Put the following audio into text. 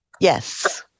Yes